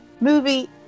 movie